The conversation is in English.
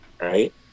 right